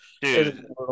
Dude